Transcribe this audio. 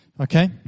Okay